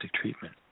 treatment